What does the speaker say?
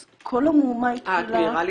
אז כל המהומה התחילה --- את מעירה לי